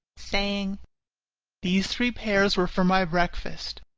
saying these three pears were for my breakfast,